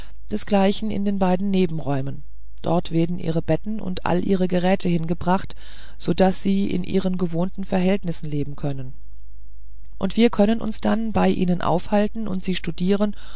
desgleichen in den beiden nebenräumen dort werden ihre betten und alle ihre geräte hingebracht so daß sie in ihren gewohnten verhältnissen leben können und wir können uns dann bei ihnen aufhalten und sie studieren